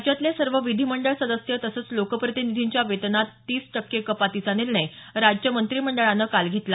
राज्यातले सर्व विधिमंडळ सदस्य तसंच लोकप्रतिनिधींच्या वेतनात तीस टक्के कपातीचा निर्णय राज्य मंत्रिमंडळानं काल घेतला